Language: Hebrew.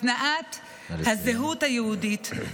נא לסיים.